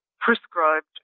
prescribed